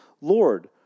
Lord